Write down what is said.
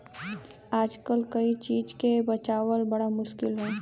आजकल कोई चीज के बचावल बड़ा मुश्किल हौ